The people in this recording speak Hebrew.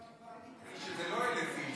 שזה לא 1,000 איש.